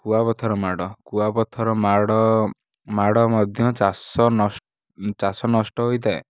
କୂଆପଥର ମାଡ଼ କୁଆପଥର ମାଡ଼ ମାଡ଼ ମଧ୍ୟ ଚାଷ ଚାଷ ନଷ୍ଟ ହୋଇଥାଏ